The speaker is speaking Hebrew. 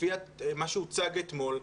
לפי מה שהוצג אתמול,